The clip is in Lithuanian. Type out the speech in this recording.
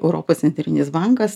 europos centrinis bankas